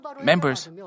members